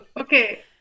Okay